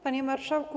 Panie Marszałku!